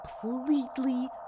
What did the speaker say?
completely